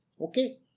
Okay